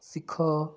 ଶିଖ